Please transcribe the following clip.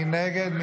מי נגד?